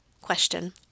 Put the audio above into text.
question